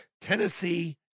Tennessee